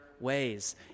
ways